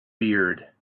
beard